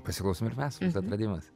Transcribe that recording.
pasiklausom ir mes atradimas